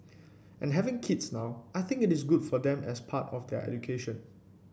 and having kids now I think it is good for them as part of their education